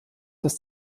das